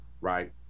right